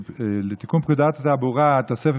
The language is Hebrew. הצעת החוק לתיקון פקודת התעבורה (תוספת